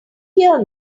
hear